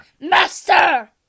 Master